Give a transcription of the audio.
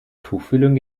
tuchfühlung